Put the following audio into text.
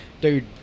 Dude